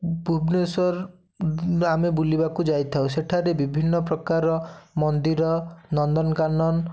ଭୁବନେଶ୍ୱର ଦିନେ ଆମେ ବୁଲିବାକୁ ଯାଇଥାଉ ସେଠାରେ ବିଭିନ୍ନ ପ୍ରକାର ମନ୍ଦିର ନନ୍ଦନକାନନ